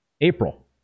April